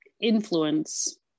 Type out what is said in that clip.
influence